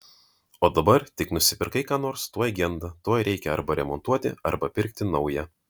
o dabar tik nusipirkai ką nors tuoj genda tuoj reikia arba remontuoti arba pirkti naują